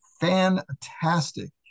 fantastic